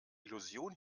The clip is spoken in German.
illusion